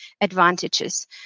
advantages